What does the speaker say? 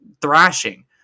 thrashing